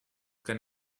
can